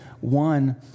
one